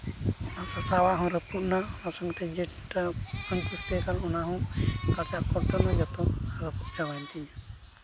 ᱟᱨ ᱥᱟᱥᱟᱝᱟᱜ ᱦᱚᱸ ᱨᱟᱹᱯᱩᱫᱼᱱᱟ ᱥᱟᱥᱟᱝ ᱛᱮ ᱡᱮᱴᱟ ᱛᱟᱦᱮᱸᱠᱟᱱ ᱚᱱᱟ ᱦᱚᱸ ᱡᱚᱛᱚ ᱨᱟᱹᱯᱩᱫ ᱪᱟᱵᱟᱭᱮᱱ ᱛᱤᱧᱟᱹ